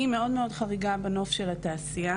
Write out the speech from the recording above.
אני מאוד מאוד חריגה בנוף של התעשייה.